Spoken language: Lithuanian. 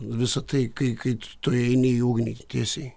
visa tai kai kai tu eini į ugnį tiesiai